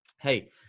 hey